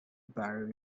borrow